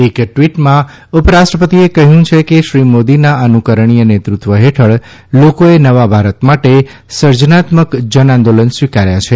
એક ટવીટમાં ઉપરાષ્ટ્રપતિશ્રીએ કહ્યું છે કે શ્રી મોદીના અનુકરણીય નેતૃત્વ હેઠળ લોકોએ નવા ભારત માટે સર્જનાત્મક જન આંદોલન સ્વીકાર્યા છે